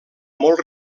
molt